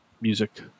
music